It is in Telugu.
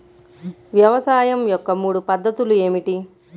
వ్యవసాయం యొక్క మూడు పద్ధతులు ఏమిటి?